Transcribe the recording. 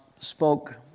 spoke